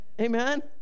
amen